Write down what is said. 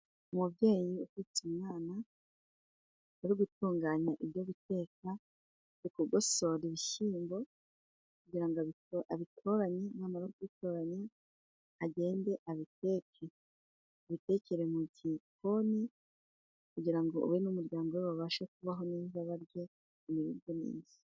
Umubyeyi uhetse umwana, ari gutunganya ibyo guteka, ari kugosora ibishyimbo kugira abitoranye namara kubitoranya agende abiteke, abitekere mu gikoni kugira ngo we n'umuryango we babashe kubaho neza, barye bamererwe neza.